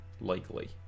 likely